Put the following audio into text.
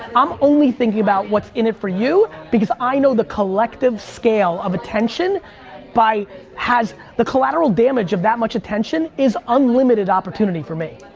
i'm only thinkin' about what's in it for you, because i know the collective scale of attention has, the collateral damage of that much attention is unlimited opportunity for me.